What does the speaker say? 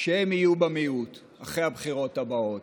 שבו הם יהיו במיעוט אחרי הבחירות הבאות.